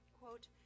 Quote